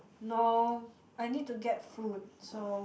no I need to get food so